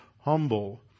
humble